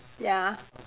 ya